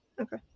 Okay